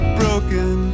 broken